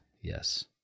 Yes